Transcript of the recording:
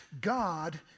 God